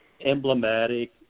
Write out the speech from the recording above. emblematic